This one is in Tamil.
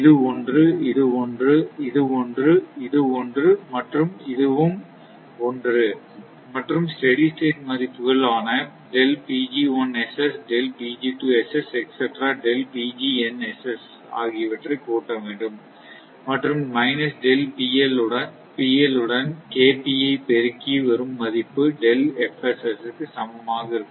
இது 1 இது 1 இது 1 இது 1 மற்றும் இதுவும் 1 மற்றும் ஸ்டெடி ஸ்டேட் மதிப்புகள் ஆன ஆகியவற்றை கூட்ட வேண்டும் மற்றும் உடன் ஐ பெருக்கி வரும் மதிப்பு க்கு சமமாக இருக்கும்